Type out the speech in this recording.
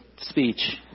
speech